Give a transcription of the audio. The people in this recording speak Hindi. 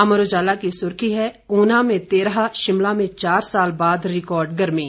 अमर उजाला की सुर्खी है ऊना में तेरह शिमला में चार साल बाद रिकॉर्ड गर्मी